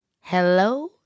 Hello